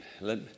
Let